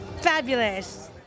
fabulous